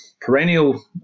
perennial